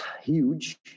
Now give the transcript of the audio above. huge